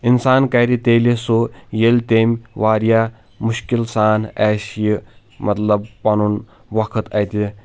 انسان کَرِ تیلہِ سُہ ییٚلہِ تٔمۍ واریاہ مُشکِل سان آسہِ یہِ مطلب پَنُن وَقٕت اتہِ